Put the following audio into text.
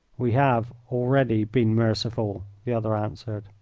we have already been merciful, the other answered.